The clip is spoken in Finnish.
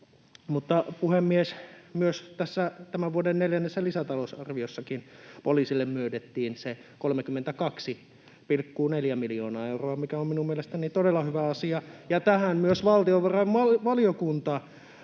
Mutta, puhemies, myös tämän vuoden neljännessä lisätalousarviossa poliisille myönnettiin 32,4 miljoonaa euroa, mikä on minun mielestäni todella hyvä asia, ja myös valtiovarainvaliokunta